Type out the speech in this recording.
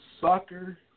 soccer